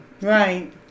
Right